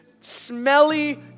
smelly